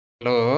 Hello